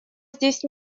здесь